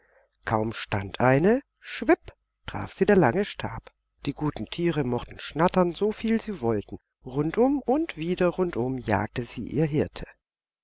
kaum stand eine schwipp traf sie der lange stab die guten tiere mochten schnattern soviel sie wollten rundum und wieder rundum jagte sie ihr hirte